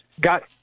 got